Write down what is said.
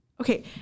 okay